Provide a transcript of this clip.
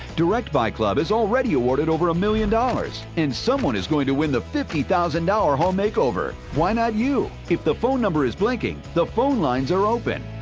directbuy club has already awarded over a million dollars, and someone is going to win the fifty thousand dollar home makeover. why not you? if the phone number is blinking, the phone lines are open.